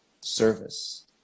service